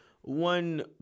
one